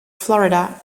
florida